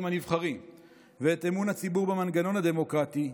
הנבחרים ואת אמון הציבור במנגנון הדמוקרטי,